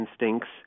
instincts